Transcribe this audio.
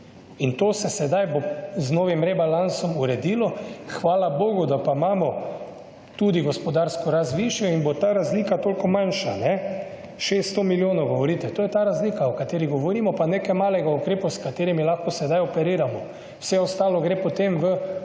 in to se sedaj bo z novim rebalansom uredilo, hvala bogu da pa imamo tudi gospodarsko rast višjo in bo ta razlika toliko manjša, kajne. 600 milijonov govorite. To je ta razlika, o kateri govorimo, pa nekaj malega o ukrepu, s katerimi lahko sedaj operiramo. Vse ostalo gre potem v nove